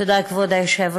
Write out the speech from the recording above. תודה, כבוד היושב-ראש.